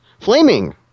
Flaming